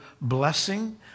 blessing